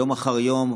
יום אחר יום,